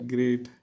Great